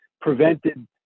prevented